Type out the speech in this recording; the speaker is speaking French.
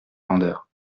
vendeurs